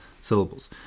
syllables